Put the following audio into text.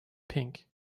pink